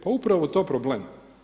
Pa upravo je to problem.